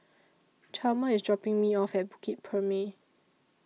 Chalmer IS dropping Me off At Bukit Purmei